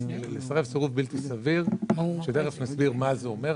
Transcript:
סירוב בלתי סביר - ותכף נסביר מה זה אומר.